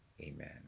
amen